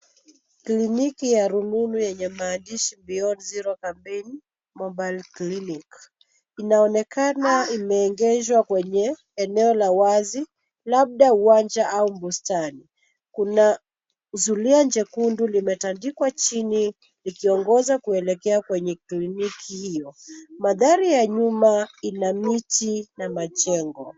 Kliniki ya rununu yenye maandishi beyond zero campaign mobile clinic. Inaonekana imeegeshwa kwenye eneo la wazi labda uwanja au bustani. Kuna zulia jekundu limetandikwa chini likiongoza kuelekea kwenye kliniki hio. Mandhari ya nyuma ina miti na majengo.